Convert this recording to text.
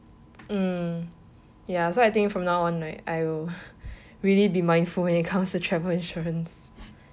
um ya so I think from now on right I will really be mindful when it comes to travel insurance